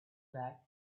that